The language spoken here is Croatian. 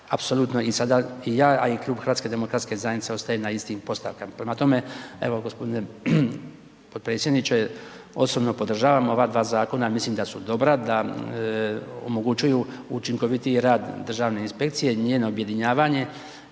apsolutno i sada i ja a i klub HDZ-a ostajemo na istim postavkama. Prema tome, evo g. potpredsjedniče, osobno podržavam ova dva zakona, mislim da su dobra, da omogućuju učinkovitiji rad državne inspekcije, njeno objedinjavanje